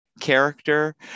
character